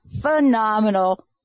phenomenal